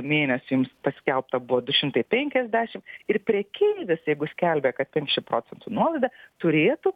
mėnesio jums paskelbta buvo du šimtai penkiasdešim ir prekeivis jeigu skelbia kad penšim procentų nuolaida turėtų